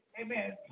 Amen